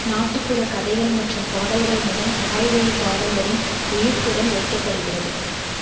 நாட்டுப்புறக் கதைகள் மற்றும் பாடல்கள் மூலம் வாய்வழி பாரம்பரியம் உயிர்ப்புடன் வைக்கப்படுகிறது